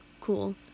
cool